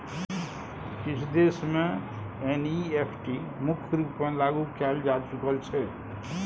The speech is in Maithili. किछ देश मे एन.इ.एफ.टी मुख्य रुपेँ लागु कएल जा चुकल छै